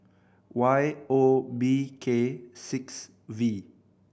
Y O B K six V